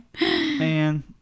Man